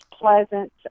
Pleasant